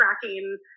tracking